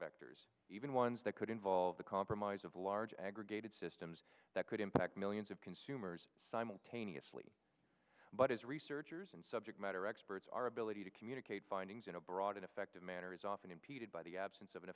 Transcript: vectors even ones that could involve the compromise of large aggregated systems that could impact millions of consumers simultaneously but as researchers and subject matter experts our ability to communicate findings in a broad and effective manner is often impeded by the absence of an